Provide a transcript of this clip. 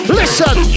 listen